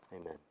Amen